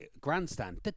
grandstand